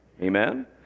amen